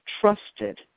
trusted